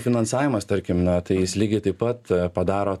finansavimas tarkim na tai jis lygiai taip pat padaro